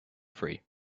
free